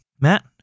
Matt